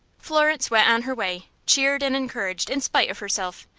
florence went on her way, cheered and encouraged in spite of herself,